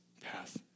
path